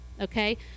okay